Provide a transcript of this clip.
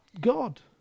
God